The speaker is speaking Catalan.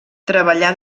treballà